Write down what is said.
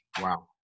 Wow